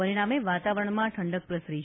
પરિણામે વાતાવરણમાં ઠંડક પ્રસરી છે